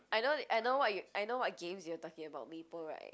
I know I know [what] I know what games you are talking about maple right